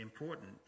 important